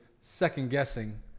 second-guessing